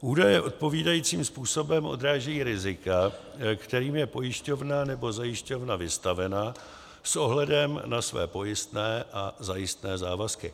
d) údaje odpovídajícím způsobem odrážejí rizika, kterým je pojišťovna nebo zajišťovna vystavena s ohledem na své pojistné a zajistné závazky;